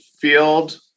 field